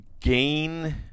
gain